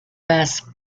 basque